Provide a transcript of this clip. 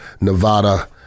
Nevada